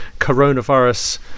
coronavirus